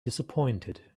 disappointed